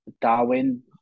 Darwin